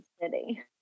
city